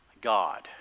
God